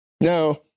Now